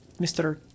Mr